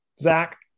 Zach